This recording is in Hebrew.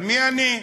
אבל מי אני?